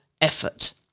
effort